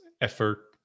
effort